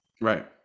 Right